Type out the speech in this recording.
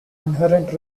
inherent